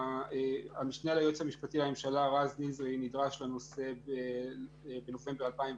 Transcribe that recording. המשנה ליועץ המשפטי לממשלה רז נזרי נדרש לנושא בנובמבר 2017,